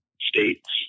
states